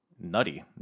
nutty